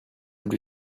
lui